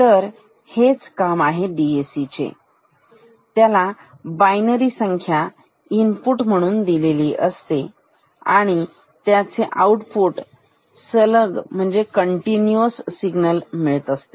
तर हेच काम आहे डीएससी चे त्याला बायनरी संख्या इनपुट म्हणून दिलेली असते आणि त्याचे आउटपुट हे सलग कंटीन्यूअस सिग्नल असते